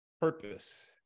Purpose